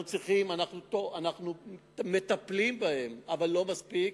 אנחנו מטפלים בהן, אבל לא מספיק,